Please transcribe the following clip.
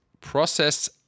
Process